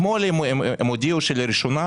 אתמול הם הודיעו שלראשונה,